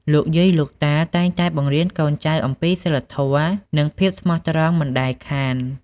លោកតា លោកយាយតែងតែបង្រៀនកូនចៅអំពីសីលធម៌ និងភាពស្មោះត្រង់មិនដែលខាន។